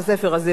של הסופר הזה,